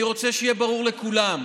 אני רוצה שיהיה ברור לכולם: